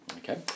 Okay